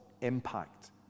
impact